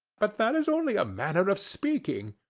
but that is only a manner of speaking.